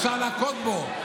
אפשר להכות בו.